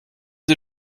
sie